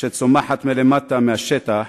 שצומחת מלמטה, מהשטח,